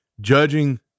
Judging